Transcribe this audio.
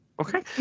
Okay